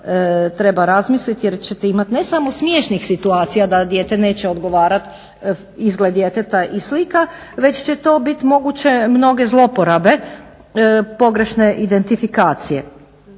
treba razmisliti jer ćete imati ne samo smiješnih situacija da dijete neće odgovarati, izgled djeteta i slika već će to biti moguće mnoge zloporabe pogrešne identifikacije.